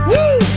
Woo